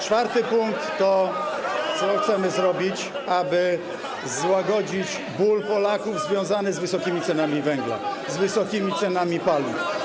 Czwarty punkt to jest to, co chcemy zrobić, aby złagodzić ból Polaków związany z wysokimi cenami węgla, z wysokimi cenami paliw.